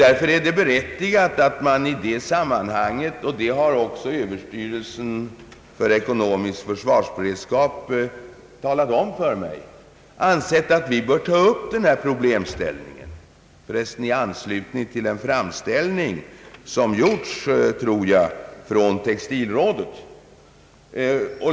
Därför är det berättigat att man i det sammanhanget — vilket också överstyrelsen för ekonomisk försvarsberedskap har talat om för mig — har ansett att vi bör ta upp den problemställningen i anslutning till en framställning som gjorts från textilrådet.